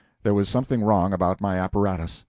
there was something wrong about my apparatus,